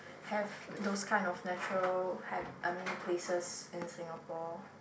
have those kind of natural hab~ I mean places in Singapore